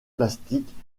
plastiques